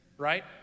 Right